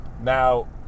Now